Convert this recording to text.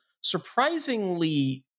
surprisingly